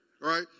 Right